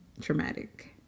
traumatic